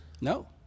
No